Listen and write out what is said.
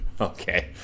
Okay